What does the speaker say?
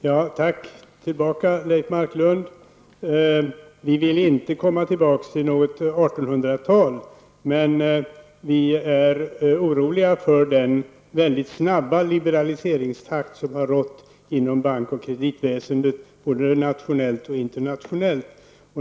Herr talman! Jag får tacka tillbaka till Leif Marklund. Vi vill inte komma tillbaka till något 1800-tal, men vi är oroliga för den väldigt snabba liberaliseringstakt som har rått inom bank och kreditväsendet både nationellt och internationellt.